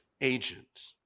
agent